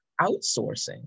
Outsourcing